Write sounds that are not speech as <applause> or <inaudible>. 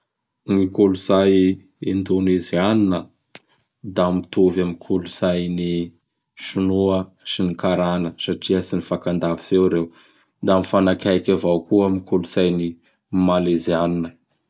<noise> Gny kolotsay Endonezianina; <noise> da mitovy am kolotsain 'i <noise> Sinoa sy n karana satria tsy mifankandavitsy eo reo. Da mifanakaiky avao koa am kolotsain'ny Malezianina. <noise>